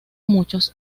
muchos